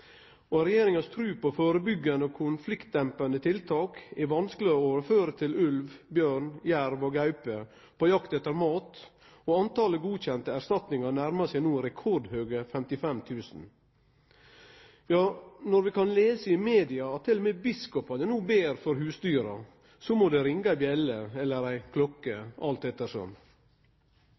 byttedyr. Regjeringas tru på førebyggjande og konfliktdempande tiltak er vanskeleg å overføre til ulv, bjørn, jerv og gaupe på jakt etter mat, og talet på godkjende erstatningar nærmar seg no rekordhøge 55 000. Ja, når vi kan lese i media at til og med biskopane no ber for husdyra, så må det ringe ei bjølle – eller ei klokke, alt